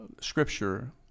scripture